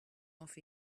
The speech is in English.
off